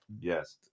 Yes